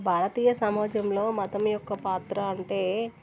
భారతీయ సమాజంలో మతం యొక్క పాత్ర అంటే